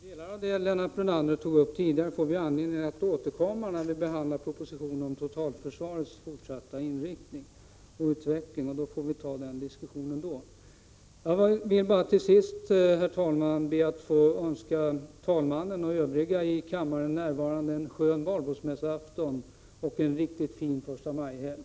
Herr talman! Delar av det som Lennart Brunander tidigare tog upp får vi anledning att återkomma till när vi behandlar propositionen om totalförsvarets fortsatta inriktning och utveckling, och vi får föra diskussionen då. Jag vill bara till sist be att få önska herr talmannen och övriga i kammaren närvarande en skön Valborgsmässoafton och en riktigt fin förstamajhelg.